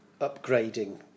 upgrading